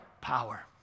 Power